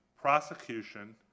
prosecution